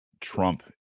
trump